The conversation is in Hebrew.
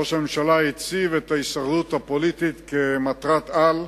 ראש הממשלה הציב את ההישרדות הפוליטית כמטרת-על,